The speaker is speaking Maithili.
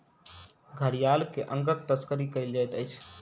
घड़ियाल के अंगक तस्करी कयल जाइत अछि